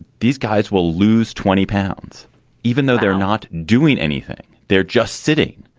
these guys will lose twenty pounds even though they're not doing anything. they're just sitting.